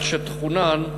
לכשתכונן,